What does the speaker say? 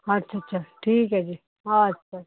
ਅੱਛਾ ਅੱਛਾ ਠੀਕ ਹੈ ਜੀ ਅੱਛਾ